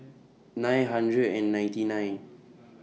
nine hundred and ninety nine